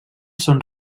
són